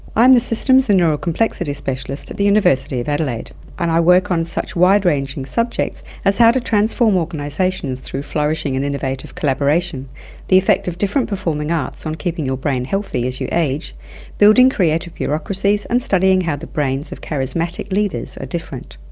i am a systems and neural complexity specialist at the university of adelaide and i work on such wide ranging subjects as how to transform organisations through flourishing and innovative collaboration the effect of different performing arts on keeping your brain healthy as you age building creative bureaucracies, and studying how the brains of charismatic leaders are different.